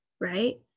right